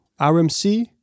RMC